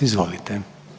Izvolite.